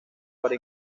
para